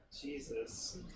Jesus